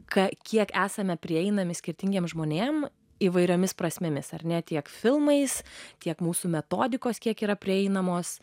ką kiek esame prieinami skirtingiems žmonėms įvairiomis prasmėmis ar ne tiek filmais tiek mūsų metodikos kiek yra prieinamos